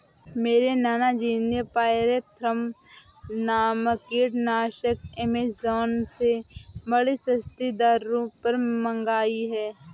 मेरे नाना जी ने पायरेथ्रम नामक कीटनाशक एमेजॉन से बड़ी सस्ती दरों पर मंगाई है